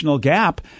gap